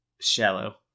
shallow